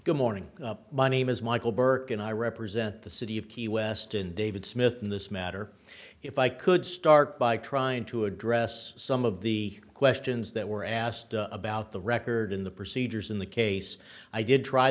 good morning my name is michael burke and i represent the city of key west and david smith in this matter if i could start by trying to address some of the questions that were asked about the record in the procedures in the case i did try